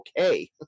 okay